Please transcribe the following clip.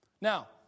Now